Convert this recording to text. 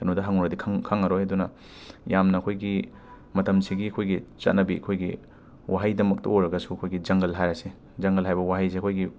ꯀꯩꯅꯣꯗ ꯍꯪꯉꯨꯔꯗꯤ ꯈꯪ ꯈꯪꯉꯔꯣꯏ ꯑꯗꯨꯅ ꯌꯥꯝꯅ ꯑꯩꯈꯣꯏꯒꯤ ꯃꯇꯝꯁꯤꯒꯤ ꯑꯩꯈꯣꯏꯒꯤ ꯆꯠꯅꯕꯤ ꯑꯩꯈꯣꯏꯒꯤ ꯋꯥꯍꯩꯗꯃꯛꯇ ꯑꯣꯏꯔꯒꯁꯨ ꯑꯩꯈꯣꯏꯒꯤ ꯖꯪꯒꯜ ꯍꯥꯏꯔꯁꯦ ꯖꯪꯒꯜ ꯍꯥꯏꯕ ꯋꯥꯍꯩꯁꯦ ꯑꯩꯈꯣꯏꯒꯤ